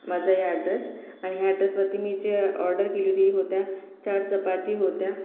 माझा हे अॅड्रेस आणि या अॅड्रेसवरती मी जे ऑर्डर केली होती व त्यात चार चपाती होत्या